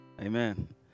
Amen